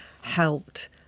helped